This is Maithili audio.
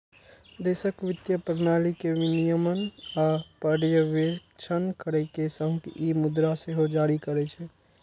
देशक वित्तीय प्रणाली के विनियमन आ पर्यवेक्षण करै के संग ई मुद्रा सेहो जारी करै छै